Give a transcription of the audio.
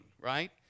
right